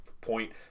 point